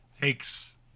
takes